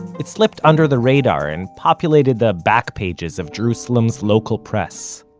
it slipped under the radar and populated the backpages of jerusalem's local press.